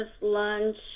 lunch